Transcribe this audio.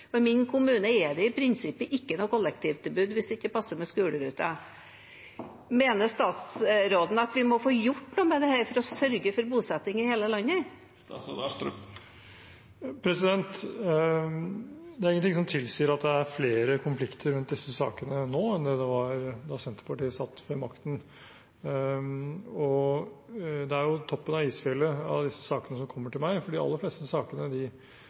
min kommune er det i prinsippet ikke noe kollektivtilbud hvis det ikke passer med skoleruten. Mener statsråden at vi må få gjort noe med dette for å sørge for bosetting i hele landet? Det er ingenting som tilsier at det er flere konflikter rundt disse sakene nå enn det det var da Senterpartiet satt ved makten. Det er jo toppen av isfjellet av disse sakene som kommer til meg, for de aller fleste sakene